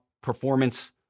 performance